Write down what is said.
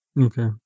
Okay